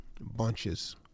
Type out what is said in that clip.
Bunches